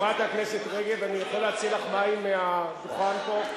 חברת הכנסת רגב, אני יכול להציע לך מים מהדוכן פה?